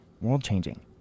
world-changing